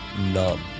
numb